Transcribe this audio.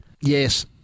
Yes